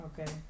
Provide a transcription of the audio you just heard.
Okay